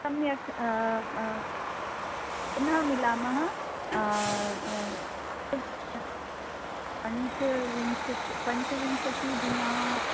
सम्यक् पुनः मिलामः पञ्चविंशति पञ्चविंशति दिना